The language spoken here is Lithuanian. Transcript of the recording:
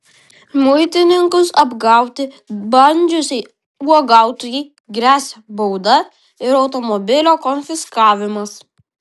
muitininkus apgauti bandžiusiai uogautojai gresia bauda ir automobilio konfiskavimas